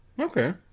Okay